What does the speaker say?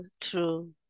true